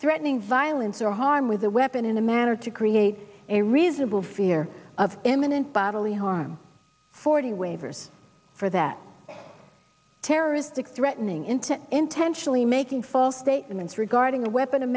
threatening violence or harm with a weapon in a manner to create a reasonable fear of imminent bodily harm forty waivers for that terroristic threatening intent intentionally making false statements regarding